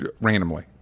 randomly